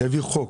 יעביר חוק,